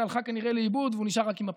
הלכה כנראה לאיבוד והוא נשאר רק עם הפטיש,